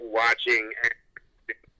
watching